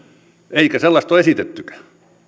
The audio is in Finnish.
eikä sellaista ole esitettykään